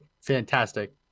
fantastic